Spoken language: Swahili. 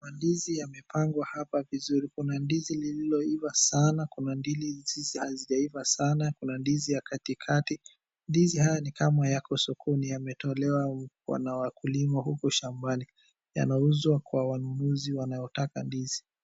Mandizi yamepangwa hapa vizuri. Kuna ndizi lililo iva sana, kuna ndizi hazijaiva sana, kuna ndizi ya katikati, ndizi haya ni kama yako sokoni yametolewa na wakulima huko shambani. Yanauzwa kwa wanunuzi wanaotaka ndizi.